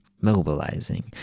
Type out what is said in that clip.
mobilizing